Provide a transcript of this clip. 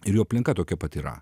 ir jų aplinka tokia pat yra